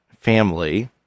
family